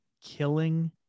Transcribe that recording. Killing